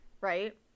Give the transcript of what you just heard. Right